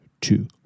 two